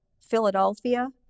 Philadelphia